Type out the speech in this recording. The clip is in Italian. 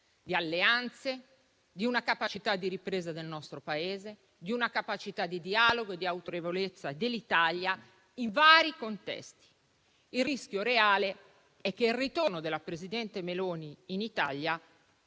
di alleanze, di una capacità di ripresa del nostro Paese, di una capacità di dialogo e di autorevolezza dell'Italia in vari contesti. Il rischio reale è che il ritorno del presidente Meloni in Italia